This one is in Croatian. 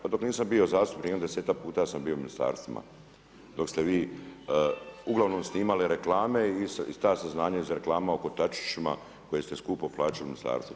Pa dok nisam bio zastupnik jedno desetak puta sam bio u ministarstvima dok ste vi uglavnom snimali reklame i ta saznanja iz reklama o kotačićima koje ste skupo plaćali u ministarstvu.